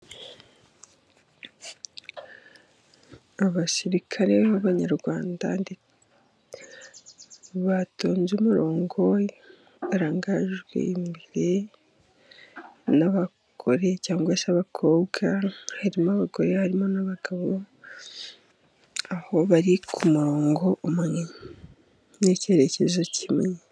Abasirikare b'Abanyarwanda batonze umurongo barangajwe imbere n'abagore cyangwa se abakobwa, harimo abagore harimo n'abagabo aho bari ku murongo umwe n'icyerekezo kimwe.